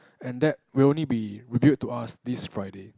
and that will only be revealed to us this Friday